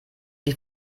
die